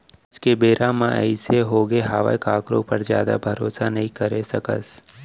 आज के बेरा म अइसे होगे हावय कखरो ऊपर जादा भरोसा नइ करे सकस